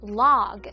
log